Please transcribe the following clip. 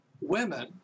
women